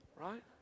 Right